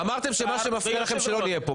אמרתם שמה שמפריע לכם זה שלא נהיה פה.